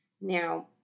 Now